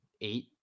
eight